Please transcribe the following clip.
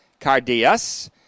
cardias